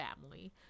family